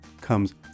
comes